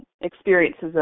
experiences